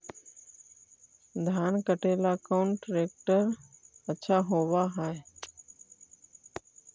धान कटे ला कौन ट्रैक्टर अच्छा होबा है?